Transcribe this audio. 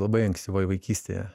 labai ankstyvoj vaikystėje